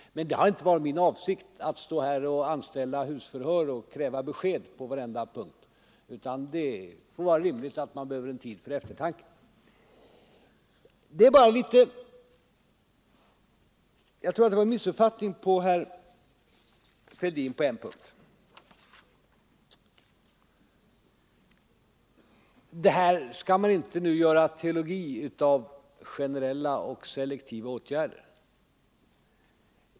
Men det har inte varit min avsikt att stå här och anställa husförhör och kräva besked på varenda punkt, utan det är rimligt att man behöver en tid för eftertanke. Jag tror att det var en missuppfattning av herr Fälldin på en punkt. Man skall nu inte göra teologi av generella och selektiva åtgärder.